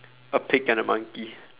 a pig and a monkey